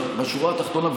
אבל בשורה התחתונה,